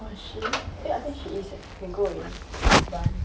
oh shit eh I think he is eh can go already bye